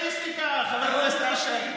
זה סטטיסטיקה, חבר הכנסת אשר.